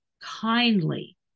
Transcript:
kindly